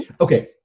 Okay